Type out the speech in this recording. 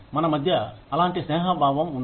మన మధ్య అలాంటి స్నేహ భావం ఉంది